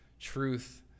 truth